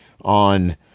on